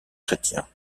chrétiens